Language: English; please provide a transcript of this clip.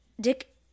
Dick